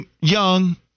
Young